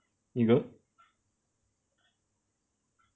you go